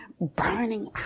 burning